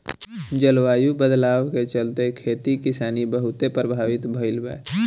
जलवायु बदलाव के चलते, खेती किसानी बहुते प्रभावित भईल बा